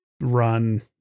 run